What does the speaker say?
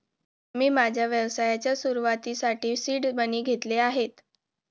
मी माझ्या व्यवसायाच्या सुरुवातीसाठी सीड मनी घेतले आहेत